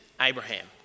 Abraham